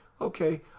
okay